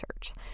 church